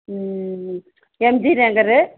M G Nagar